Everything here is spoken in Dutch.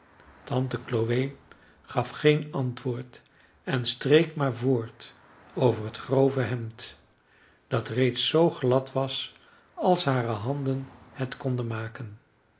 tante chloe gaf geen antwoord en streek maar voort over het grove hemd dat reeds zoo glad was als hare handen het konden maken